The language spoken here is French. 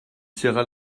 serra